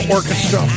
Orchestra